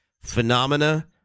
phenomena